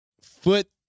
foot